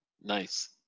nice